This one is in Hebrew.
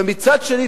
ומצד שני,